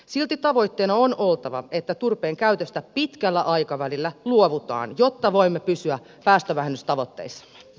silti tavoitteena on oltava että turpeen käytöstä pitkällä aikavälillä luovutaan jotta voimme pysyä päästövähennystavoitteissamme